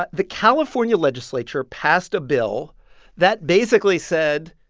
but the california legislature passed a bill that basically said,